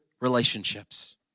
relationships